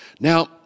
Now